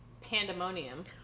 pandemonium